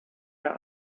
der